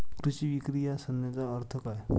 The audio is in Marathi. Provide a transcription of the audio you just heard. कृषी विक्री या संज्ञेचा अर्थ काय?